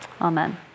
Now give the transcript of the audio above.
Amen